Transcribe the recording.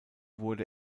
wurde